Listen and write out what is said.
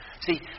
See